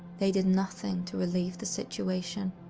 they did nothing to relieve the situation.